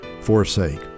forsake